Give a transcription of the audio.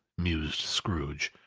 mused scrooge.